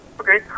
Okay